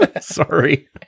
Sorry